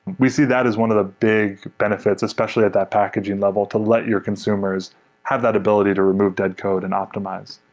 we see that as one of the big benefits, especially at that packaging level to let your consumers have that ability to remove dead code and optimize.